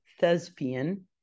thespian